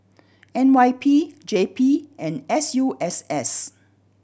N Y P J P and S U S S